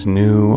new